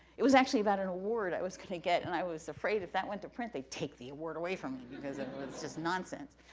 it was actually about an award i was going to get, and i was afraid if that went to print, they'd take the award away from me, because it was just nonsense.